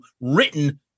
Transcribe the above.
written